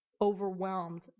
overwhelmed